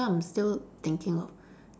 so I'm still thinking of